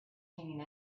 hanging